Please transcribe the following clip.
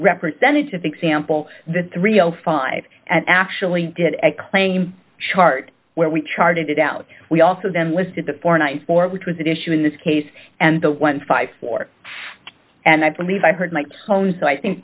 representative example the three o five and actually did a claim chart where we charted out we also them listed the four nights for which was an issue in this case and the one hundred and fifty four and i believe i heard my tone so i think